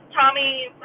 Tommy